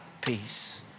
peace